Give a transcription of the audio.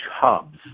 hubs